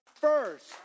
first